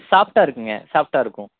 சாஃப்ட்டாக இருக்குங்க சாஃப்ட்டாக இருக்கும்